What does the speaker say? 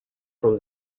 from